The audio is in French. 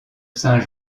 saint